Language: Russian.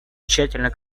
тщательно